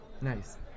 Nice